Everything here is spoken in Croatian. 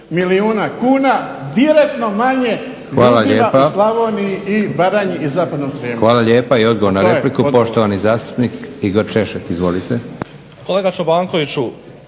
milijuna kuna direktno manje ljudima u Slavoniji, i Baranji i zapadnom Srijemu. **Leko, Josip (SDP)** Hvala lijepa. I odgovor na repliku poštovani zastupnik Igor Češek. Izvolite. **Češek,